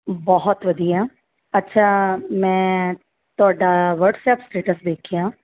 ਬਹੁਤ ਵਧੀਆ ਅੱਛਾ ਮੈਂ ਤੁਹਾਡਾ ਵਟਸਐਪ ਸਟੇਟਸ ਵੇਖਿਆ